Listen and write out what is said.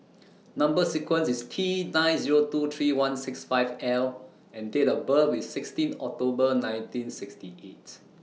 Number sequence IS T nine Zero two three one six five L and Date of birth IS sixteen October nineteen sixty eight